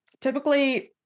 typically